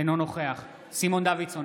אינו נוכח סימון דוידסון,